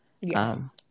Yes